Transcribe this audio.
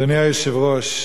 אדוני היושב-ראש,